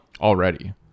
Already